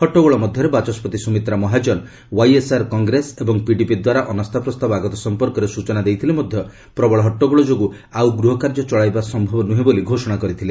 ହଟ୍ଟଗୋଳ ମଧ୍ୟରେ ବାଚସ୍କତି ସୁମିତ୍ରା ମହାଜନ ଓ୍ୱାଇଏସ୍ଆର୍ କଂଗ୍ରେସ ଏବଂ ପିଡିପି ଦ୍ୱାରା ଅନାସ୍ଥାପ୍ରସ୍ତାବ ଆଗତ ସମ୍ପର୍କରେ ସ୍ବଚନା ଦେଇଥିଲେ ମଧ୍ୟ ପ୍ରବଳ ହଟ୍ଟଗୋଳ ଯୋଗୁଁ ଆଉ ଗୃହକର୍ଯ୍ୟ ଚଳାଇବା ସମ୍ଭବ ନୁହେଁ ବୋଲି ଘୋଷଣା କରିଥିଲେ